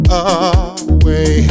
away